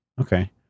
Okay